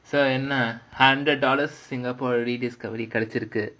so என்ன:enna hundred dollars SingapoRediscovers கெடச்சிருக்கு:kedachirukku